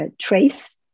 Trace